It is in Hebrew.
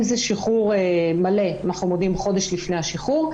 אם זה שחרור מלא אנחנו מודיעים חודש לפני השחרור,